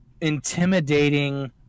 intimidating